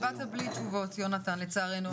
אתה באת בלי תשובות, יונתן, לצערנו הרב.